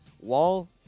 Wall